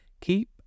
Keep